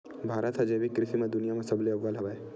भारत हा जैविक कृषि मा दुनिया मा सबले अव्वल हवे